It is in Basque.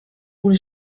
gure